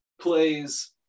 plays